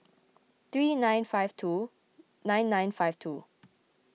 three nine five two nine nine five two